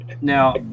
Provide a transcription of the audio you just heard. Now